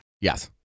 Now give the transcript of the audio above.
Yes